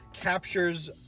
captures